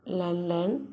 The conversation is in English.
London